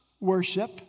worship